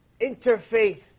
interfaith